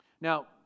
Now